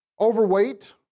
overweight